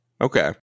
Okay